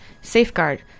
Safeguard